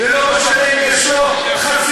ולא משנה אם יש לו חסינות.